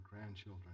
grandchildren